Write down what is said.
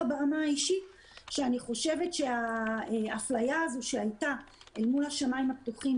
ברמה האישית שאני חושבת שהאפליה הזו שהייתה מול השמים הפתוחים,